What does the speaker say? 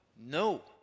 no